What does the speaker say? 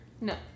no